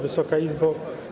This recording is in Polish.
Wysoka Izbo!